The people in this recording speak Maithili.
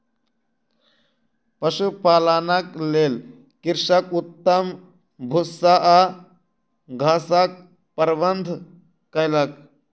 पशुपालनक लेल कृषक उत्तम भूस्सा आ घासक प्रबंध कयलक